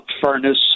furnace